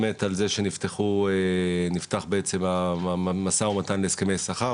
באמת על זה שנפתח בעצם המשא ומתן להסכמי שכר,